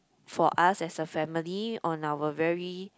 for us as a family on our very